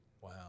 Wow